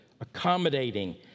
accommodating